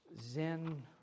Zen